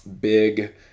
big